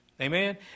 Amen